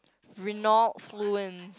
Renault-Fluence